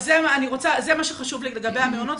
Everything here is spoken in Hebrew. זה מה שחשוב לי לגבי המעונות,